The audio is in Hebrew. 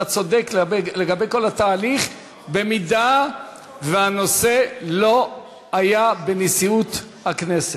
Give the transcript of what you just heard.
אתה צודק לגבי כל התהליך במידה שהנושא לא היה בנשיאות הכנסת.